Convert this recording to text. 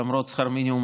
למרות שכר המינימום,